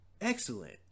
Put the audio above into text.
Excellent